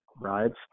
rides